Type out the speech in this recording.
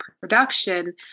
production